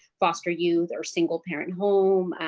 foster youth or single-parent home,